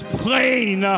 plain